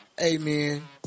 amen